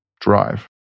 drive